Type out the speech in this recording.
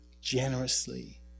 generously